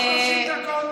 מה פה, 30 דקות.